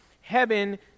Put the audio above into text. Heaven